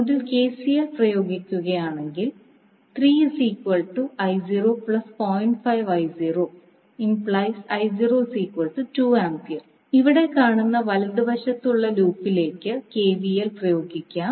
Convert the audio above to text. നോഡിൽ കെസിഎൽ പ്രയോഗിക്കുകയാണെങ്കിൽ ഇവിടെ കാണുന്ന വലതുവശത്തുള്ള ലൂപ്പിലേക്ക് കെവിഎൽ പ്രയോഗിക്കാം